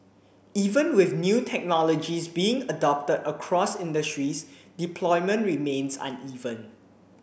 even with new technologies being adopted across industries deployment remains uneven